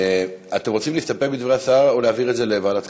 אתם רוצים להסתפק בדברי השר או להעביר את זה לוועדת חינוך?